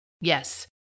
Yes